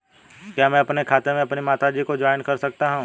क्या मैं अपने खाते में अपनी माता जी को जॉइंट कर सकता हूँ?